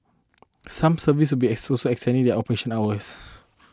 some service will be extending their operational hours